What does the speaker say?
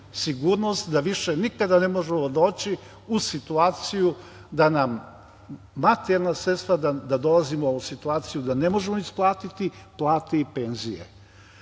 da više nikada ne možemo doći u situaciju da nam materijalna sredstva, da dolazimo i situaciju da ne možemo isplatiti plate i penzije. Ja